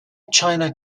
china